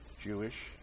Jewish